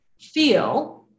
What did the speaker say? feel